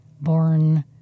born